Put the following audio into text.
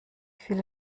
viele